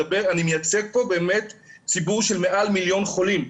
מייצג פה באמת ציבור של מעל מיליון חולים.